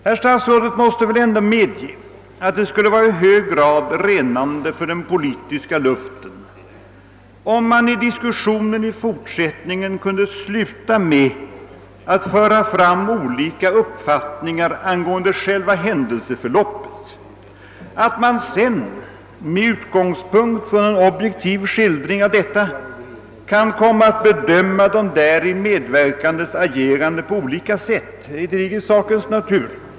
Herr statsrådet måste väl ändå medge att det skulle vara i hög grad renande för den politiska luften, om man i diskussionerna i fortsättningen kunde slippa att höra olika uppfattningar föras fram angående själva händelseförloppet. Att man sedan med utgångspunkt från en objektiv skildring av detta kan komma att bedöma de medverkandes agerande på olika sätt ligger i sakens natur.